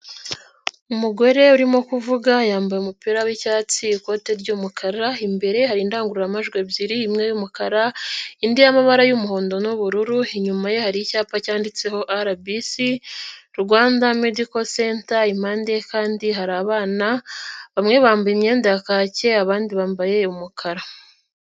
Umugore urimo kuvuga yambaye umupira w'icyatsi, ikote ry'umukara imbere hari indangururamajwi ebyiri imwe y'umukara indi y'amabara y'umuhondo n'ubururu, inyuma ye hari icyapa cyanditseho RBC Rwanda Medical Center, impande ye kandi hari abana bamwe bambaye imyenda ya kake abandi bambaye umukara.